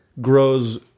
grows